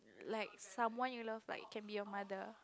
like someone you love like can be your mother